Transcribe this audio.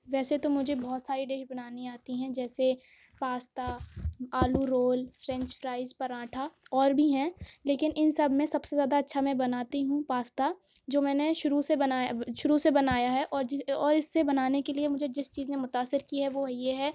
ویسے تو مجھے بہت ساری ڈش بنانی آتی ہیں جیسے پاستا آلو رول فرنچ فرائیز پراٹھا اور بھی ہیں لیکن ان سب میں سب سے زیادہ اچھا میں بناتی ہوں پاستا جو میں نے شروع سے بنایا شروع سے بنایا ہے اور اور اس سے بنانے کے لیے مجھے جس چیز نے متأثر کی ہے وہ یہ ہے